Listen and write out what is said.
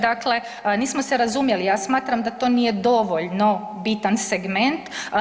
Dakle, nismo se razumjeli, ja smatram da to nije dovoljno bitan segment.